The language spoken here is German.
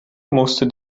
musste